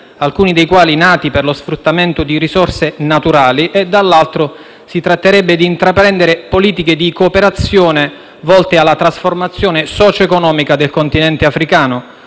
alcuni dei quali nati per lo sfruttamento di risorse naturali, e dall'altro si tratterebbe di intraprendere politiche di cooperazione volte alla trasformazione socio-economica del continente africano,